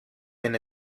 been